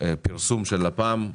פרסום של לפ"מ.